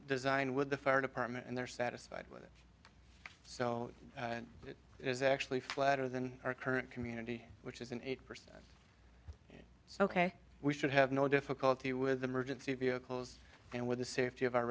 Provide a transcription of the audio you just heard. design with the fire department and they're satisfied with it so it is actually flatter than our current community which is an eight percent so ok we should have no difficulty with emergency vehicles and with the safety of our